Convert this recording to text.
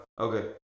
Okay